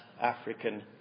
African